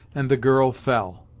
and the girl fell.